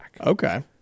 Okay